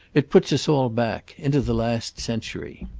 it puts us all back into the last century.